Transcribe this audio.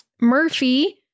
Murphy